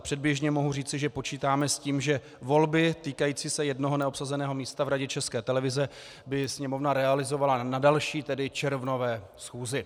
Předběžně mohu říct, že počítáme s tím, že volby týkající se jednoho neobsazeného místa v Radě České televize by Sněmovna realizovala na další, tedy červnové schůzi.